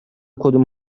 کدوم